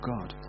God